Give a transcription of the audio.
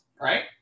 right